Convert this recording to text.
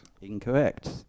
Incorrect